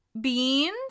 beans